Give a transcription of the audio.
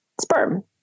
sperm